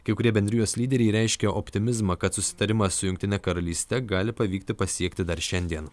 kai kurie bendrijos lyderiai reiškė optimizmą kad susitarimą su jungtine karalyste gali pavykti pasiekti dar šiandien